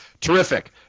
terrific